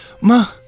Ma